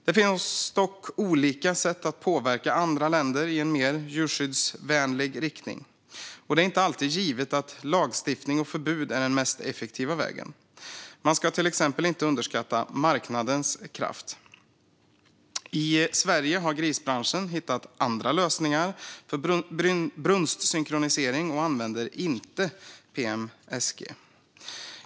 Det finns dock olika sätt att påverka andra länder i en mer djurskyddsvänlig riktning. Det är inte alltid givet att lagstiftning och förbud är den mest effektiva vägen. Man ska till exempel inte underskatta marknadens kraft. I Sverige har grisbranschen hittat andra lösningar för brunstsynkronisering och använder inte PMSG.